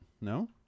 No